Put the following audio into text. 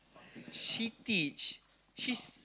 she teach she's